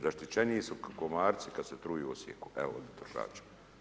Zaštićeniji su komarci kad se truju u Osijeku nego potrošači.